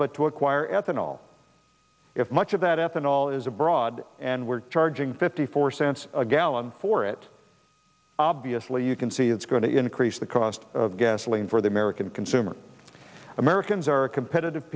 but to acquire ethanol if much of that ethanol is abroad and we're charging fifty four cents a gallon for it obviously you can see it's going to increase the cost of gasoline for the american consumer americans are a competitive